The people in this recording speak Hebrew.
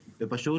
ופשוט,